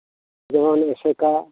ᱡᱮᱢᱚᱱ ᱟᱥᱮᱠᱟ